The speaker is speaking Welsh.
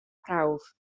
prawf